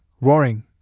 roaring